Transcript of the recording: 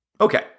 Okay